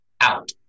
out